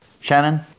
Shannon